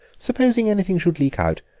supposing anything should leak out,